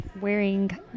wearing